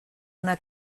una